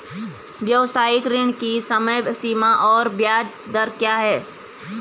व्यावसायिक ऋण की समय सीमा और ब्याज दर क्या है?